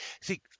see